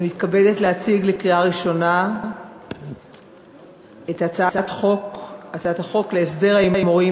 אני מתכבדת להציג לקריאה ראשונה את הצעת חוק להסדר ההימורים